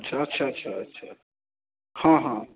अच्छा अच्छा अच्छा अच्छा हँ हँ